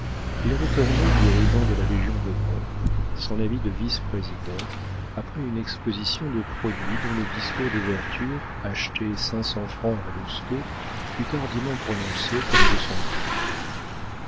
il avait orné du ruban de la légion-d'honneur son habit de vice-président après une exposition de produits dont le discours d'ouverture acheté cinq cents francs à lousteau fut hardiment prononcé comme de son cru